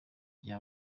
gihe